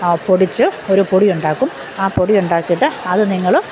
പൊടിച്ച് ഒരു പൊടി ഉണ്ടാക്കും ആ പൊടി ഉണ്ടാക്കിയിട്ട് അതു നിങ്ങൾ